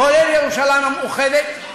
כולל ירושלים המאוחדת,